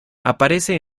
aparece